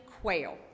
quail